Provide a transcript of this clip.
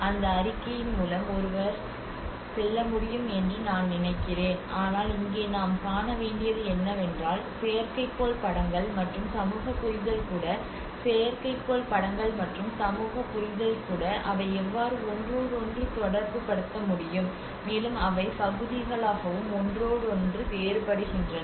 அந்த அறிக்கையின் மூலம் ஒருவர் செல்ல முடியும் என்று நான் நினைக்கிறேன் ஆனால் இங்கே நாம் காண வேண்டியது என்னவென்றால் செயற்கைக்கோள் படங்கள் மற்றும் சமூக புரிதல் கூட செயற்கைக்கோள் படங்கள் மற்றும் சமூக புரிதல் கூட அவை எவ்வாறு ஒன்றோடொன்று தொடர்புபடுத்த முடியும் மேலும் அவை பகுதிகளாகவும் ஒன்றோடொன்று வேறுபடுகின்றன